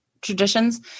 traditions